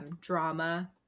drama